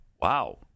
Wow